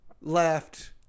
left